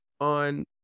on